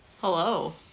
Hello